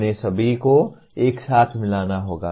उन्हें सभी को एक साथ मिलाना होगा